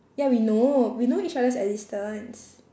ya we know we know each other's existence